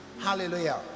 Hallelujah